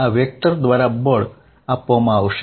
આ વેક્ટર દ્વારા બળ આપવામાં આવશે